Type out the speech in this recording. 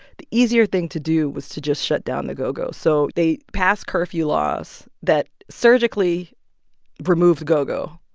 the easier thing to do was to just shut down the go-go. so they passed curfew laws that surgically removed go-go.